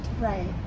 Right